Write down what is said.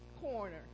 corner